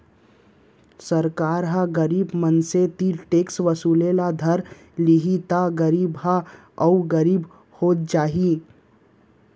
सरकार ह गरीब मनसे तीर टेक्स वसूले ल धर लेहि त गरीब ह अउ गरीब होवत जाही